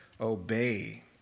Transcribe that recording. obey